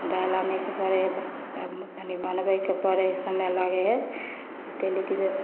दालि आनैके पड़ै हइ तऽ रातिमे कनि बनबैके पड़ै हइ समय लागै हइ तऽ कहलिए कि जे